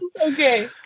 Okay